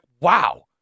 wow